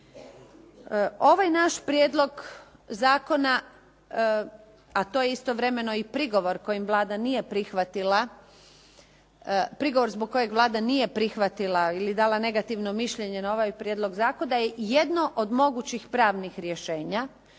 Ovaj naš prijedlog zakona, a to je istovremeno i prigovor zbog kojeg Vlada nije prihvatila ili dala negativno mišljenje na ovaj prijedlog zakona je jedno od mogućih pravnih rješenja.